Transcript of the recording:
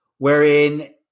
wherein